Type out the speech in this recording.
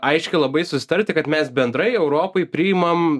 aiškiai labai susitarti kad mes bendrai europoj priimam